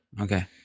Okay